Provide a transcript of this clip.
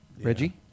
Reggie